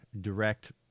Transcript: direct